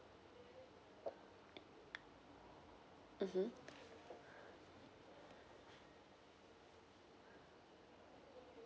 mmhmm